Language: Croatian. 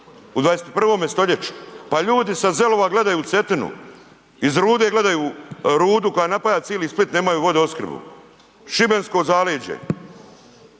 u 21. stoljeću. Pa ljudi sa Zelova gledaju u Cetinu, iz Rude gledaju Rudu koja napaja cijeli Split, nemaju vodoopskrbu, šibensko zaleđe.